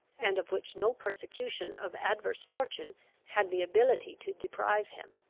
and of which no persecution of adverse fortune had the ability to deprive him.